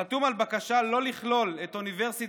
חתום על בקשה לא לכלול את אוניברסיטת